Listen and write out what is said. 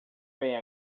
bem